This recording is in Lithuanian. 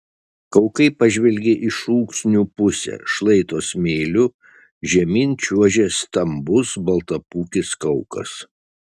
kaukai pažvelgė į šūksnių pusę šlaito smėliu žemyn čiuožė stambus baltapūkis kaukas